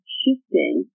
shifting